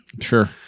sure